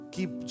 Keep